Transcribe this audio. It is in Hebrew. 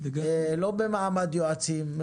לא במעמד יועצים.